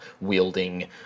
wielding